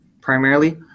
primarily